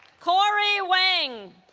corry wang